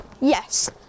Yes